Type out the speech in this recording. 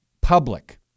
public